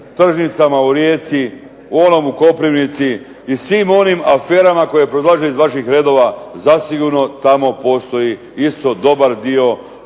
tržnicama u Rijeci, u onom u Koprivnici i svim onim aferama koje proizlaze iz vaših redova zasigurno tamo postoji isto dobar dio